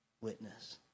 witness